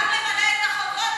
קודם כול צריך גם למלא את החובות,